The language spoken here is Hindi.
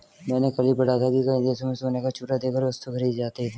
मैंने कल ही पढ़ा था कि कई देशों में सोने का चूरा देकर वस्तुएं खरीदी जाती थी